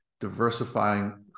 diversifying